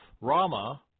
Rama